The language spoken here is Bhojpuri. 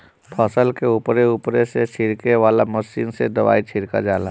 फसल के उपरे उपरे से ही छिड़के वाला मशीन से दवाई छिड़का जाला